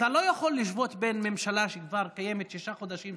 אתה לא יכול להשוות בין ממשלה שקיימת שישה חודשים,